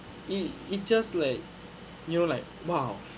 it it just like you know like !wow!